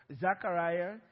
Zachariah